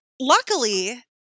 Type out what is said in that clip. luckily